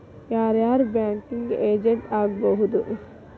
ಯಾರ್ ಯಾರ್ banking agent ಆಗ್ಬಹುದು?